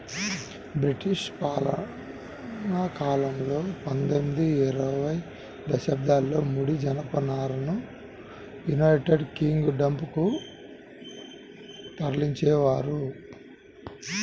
British పాలనాకాలంలో పందొమ్మిది, ఇరవై శతాబ్దాలలో ముడి జనపనారను యునైటెడ్ కింగ్ డం కు తరలించేవారు